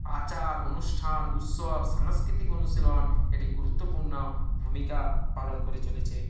আচার অনুষ্ঠান উৎসব সাংস্কৃতিক অনুশীলন এটি গুরুত্বপূর্ণ ভূমিকা পালন করে চলেছে